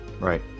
Right